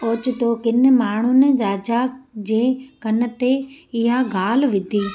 ओचतो किनि माण्हुनि राजा जे कन ते इहा ॻाल्हि विधी